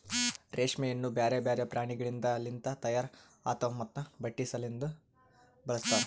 ರೇಷ್ಮೆಯನ್ನು ಬ್ಯಾರೆ ಬ್ಯಾರೆ ಪ್ರಾಣಿಗೊಳಿಂದ್ ಲಿಂತ ತೈಯಾರ್ ಆತಾವ್ ಮತ್ತ ಬಟ್ಟಿ ಸಲಿಂದನು ಬಳಸ್ತಾರ್